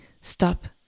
stop